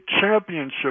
championship